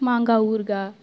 மாங்காய் ஊறுகாய்